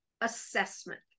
assessment